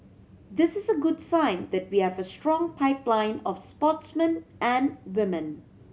this is a good sign that we have a strong pipeline of sportsmen and women